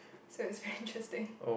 so is very interesting